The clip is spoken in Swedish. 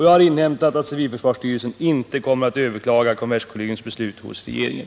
Jag har inhämtat att civilförsvarsstyrelsen inte kommer att överklaga kommerskollegiums beslut hos regeringen.